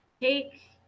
Take